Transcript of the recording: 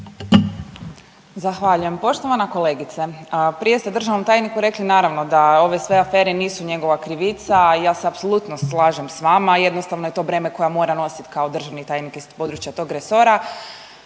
Zahvaljujem. Poštovana kolegice, prije ste državnom tajniku rekli, naravno, da ove sve afere nisu njegova krivica i ja se apsolutno slažem s vama. Jednostavno je to breme koje mora nosit kao državni tajnik iz područja tog resora.